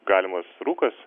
galimas rūkas